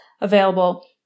available